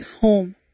home